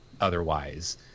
otherwise